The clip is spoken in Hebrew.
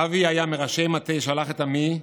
אבי היה מראשי מטה "שלח את עמי",